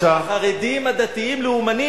" החרדים הדתיים-לאומנים.